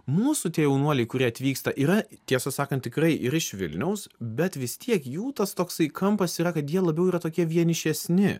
mūsų tie jaunuoliai kurie atvyksta yra tiesą sakant tikrai ir iš vilniaus bet vis tiek jų tas toksai kampas yra kad jie labiau yra tokie vienišesni